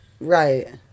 Right